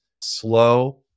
slow